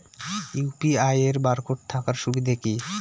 UPI এর barcode থাকার সুবিধে কি?